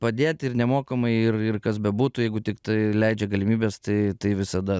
padėt ir nemokamai ir ir kas bebūtų jeigu tiktai leidžia galimybės tai tai visada